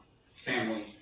family